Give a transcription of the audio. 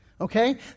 okay